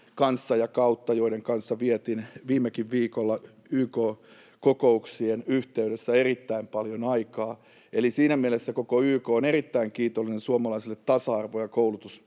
kanssa ja kautta, jonka edustajien kanssa vietin viimekin viikolla YK-kokouksien yhteydessä erittäin paljon aikaa. Eli siinä mielessä koko YK on erittäin kiitollinen suomalaiselle tasa-arvo- ja koulutusosaamiselle,